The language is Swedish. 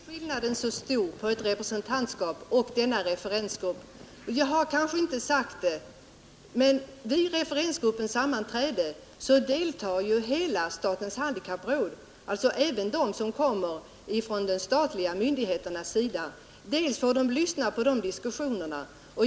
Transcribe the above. Herr talman! Är skillnaden så stor mellan ett representantskap och denna referensgrupp? Jag har kanske inte sagt det men i referensgruppens sammanträde deltar ju ledamöterna i statens handikappråd, alltså även de som kommer från de statliga myndigheterna.